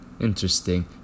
Interesting